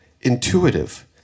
intuitive